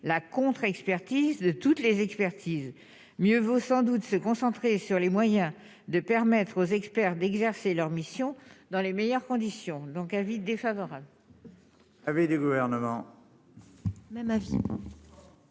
la contre-expertise toutes les expertises, mieux vaut sans doute se concentrer sur les moyens de permettre aux experts d'exercer leur mission dans les meilleures conditions, donc avis défavorable. Avait des gouvernements même avis.